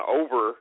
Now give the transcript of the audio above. over